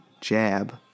jab